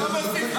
זה לא רלוונטי.